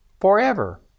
FOREVER